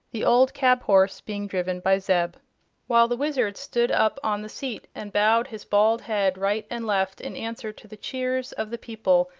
the old cab-horse being driven by zeb while the wizard stood up on the seat and bowed his bald head right and left in answer to the cheers of the people,